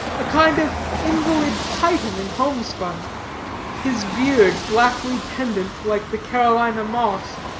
a kind of invalid titan in homespun his beard blackly pendant, like the carolina-moss,